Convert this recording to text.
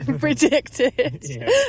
predicted